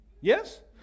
Yes